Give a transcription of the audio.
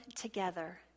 together